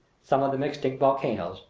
some of them extinct volcanoes,